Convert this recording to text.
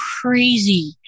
crazy